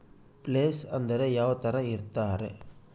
Place ಅಂದ್ರೆ ಯಾವ್ತರ ಇರ್ತಾರೆ?